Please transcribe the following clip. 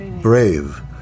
brave